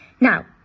Now